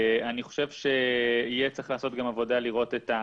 אני חושב שיהיה צריך לעשות עבודה לראות מה